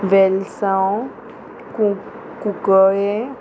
वेलसांव कु कुकळें